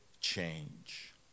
change